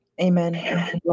Amen